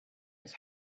his